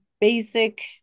basic